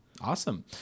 awesome